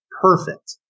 perfect